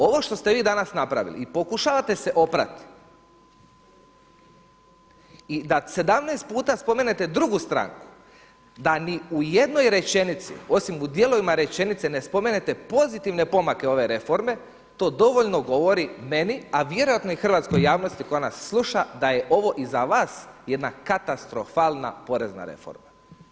Ovo što ste vi danas napravili i pokušavate se oprati i da 17 puta spomenete drugu stranku, da ni u jednoj rečenici osim u dijelovima rečenice ne spomenete pozitivne pomake ove reforme to dovoljno govori meni, a vjerojatno i hrvatskoj javnosti koja nas sluša da je ovo i za vas jedna katastrofalna porezna reforma.